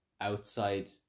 outside